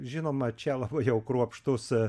žinoma čia labai jau kruopštus